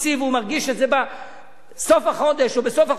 והוא מרגיש את זה בסוף החודש או בסוף החודשיים,